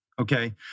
Okay